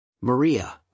Maria